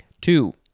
two